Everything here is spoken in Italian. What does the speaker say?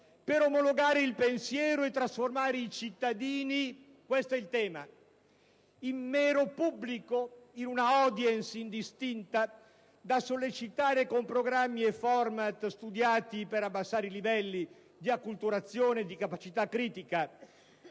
per omologare il pensiero e trasformare i cittadini - questo è il tema - in mero pubblico, in un'*audience* indistinta da sollecitare con programmi e *format* studiati per abbassare i livelli di acculturazione e di capacità critica,